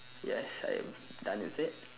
yes I am done with it